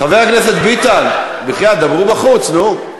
חבר הכנסת ביטן, בחייאת, דברו בחוץ, נו.